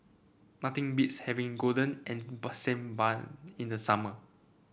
nothing beats having golden and burn same bun in the summer